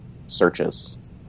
searches